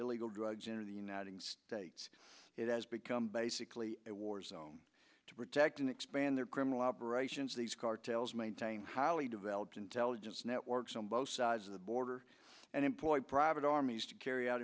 illegal drugs into the united states it has become basically a war zone to protect and expand their criminal operations these cartels maintain highly developed intelligence networks on both sides of the border and employ private armies to carry out